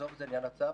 נעזוב את עניין הצו.